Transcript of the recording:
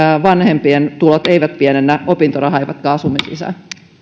vanhempien tulot eivät pienennä opintorahaa eivätkä asumislisää